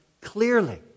clearly